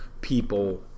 people